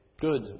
good